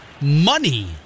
money